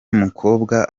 mukobwa